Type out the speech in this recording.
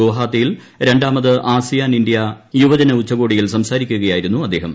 ഗുവാഹത്തിയിൽ രണ്ടാമത് ASEAN India യുവജന ഉച്ചുകോടിയിൽ സംസാരിക്കുകയായിരുന്നു അദ്ദേഹം